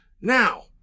Now